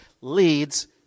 leads